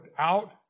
out